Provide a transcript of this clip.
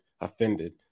offended